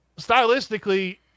stylistically